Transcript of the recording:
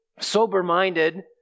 Sober-minded